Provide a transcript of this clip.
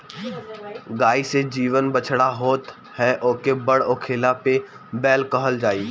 गाई से जवन बछड़ा होत ह ओके बड़ होखला पे बैल कहल जाई